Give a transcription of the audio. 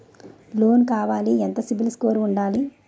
Loan కావాలి ఎంత CIBIL score ఉండాలి?